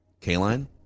Kaline